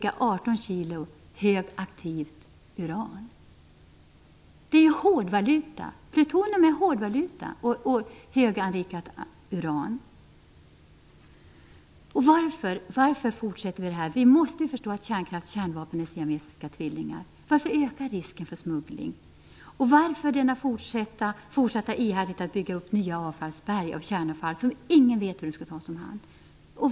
18 kg högaktivt uran. Plutonium och höganrikat uran är hårdvaluta. Varför fortsätter vi? Vi måste förstå att kärnkraft och kärnvapen är siamesiska tvillingar. Varför öka risken för smuggling? Varför ihärdigt fortsätta att bygga upp nya avfallsberg av kärnavfall som ingen vet hur det skall tas om hand?